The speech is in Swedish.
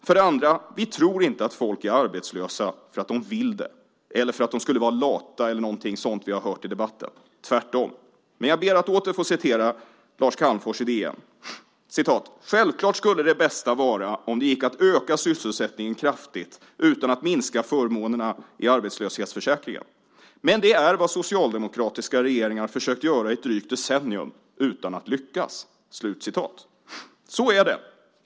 För det andra: Vi tror inte att folk är arbetslösa för att de vill det eller för att de skulle vara lata eller någonting sådant som vi har hört i debatten. Tvärtom. Men jag ber att åter få citera Lars Calmfors i DN: "Självklart skulle det bästa vara om det gick att öka sysselsättningen kraftigt utan att minska förmånerna i arbetslöshetsförsäkringen. Men det är vad socialdemokratiska regeringar försökt göra i ett drygt decennium utan att lyckas." Så är det.